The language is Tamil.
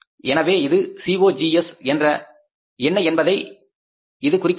எனவே இது COGS என்ன என்பதை இது குறிக்கின்றது